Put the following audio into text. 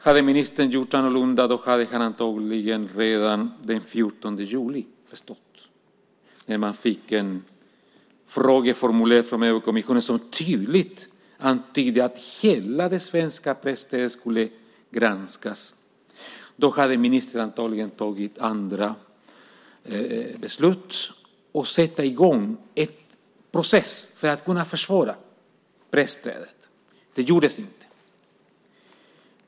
Hade ministern gjort annorlunda hade han antagligen redan den 14 juli förstått när man fick ett frågeformulär från kommissionen som tydligt antydde att hela det svenska presstödet skulle granskas. Då hade ministern antagligen fattat andra beslut och satt i gång en process för att försvara presstödet. Det gjordes inte.